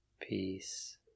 peace